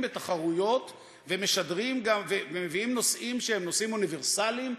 בתחרויות ומשדרים גם ומביאים נושאים שהם נושאים אוניברסליים.